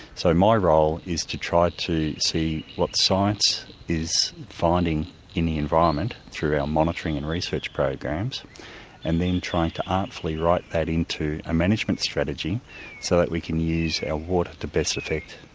so my role is to try to see what science is finding in the environment through our monitoring and research programs and then try to artfully write that into a management strategy so that we can use our water to best effect.